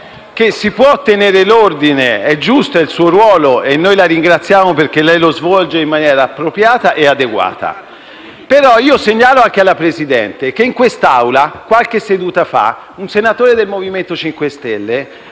che si può tenere ordine, come è giusto. Questo è il suo ruolo e la ringraziamo perché lei lo svolge in maniera appropriata e adeguata. Segnalo però al Presidente che in quest'Assemblea, qualche seduta fa, un senatore del MoVimento 5 Stelle,